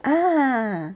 ah